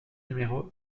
numéro